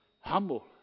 Humble